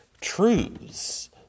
truths